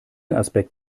aspekt